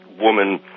woman